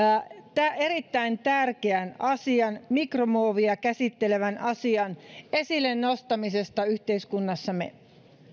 erittäin tärkeän mikromuovia käsittelevän asian esille nostamisesta yhteiskunnassamme